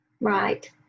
Right